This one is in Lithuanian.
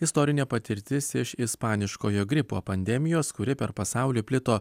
istorinė patirtis iš ispaniškojo gripo pandemijos kuri per pasaulį plito